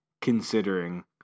considering